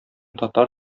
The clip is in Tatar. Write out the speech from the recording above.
татар